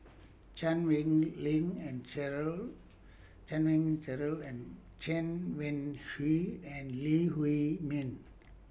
Chan Wei Ling and Cheryl Chan Wei Cheryl and Chen Wen Hsi and Lee Huei Min